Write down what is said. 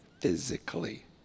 physically